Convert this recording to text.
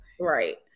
Right